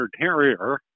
terrier